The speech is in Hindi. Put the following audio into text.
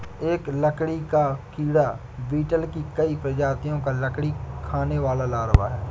एक लकड़ी का कीड़ा बीटल की कई प्रजातियों का लकड़ी खाने वाला लार्वा है